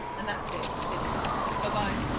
and that's it, finished, goodbye!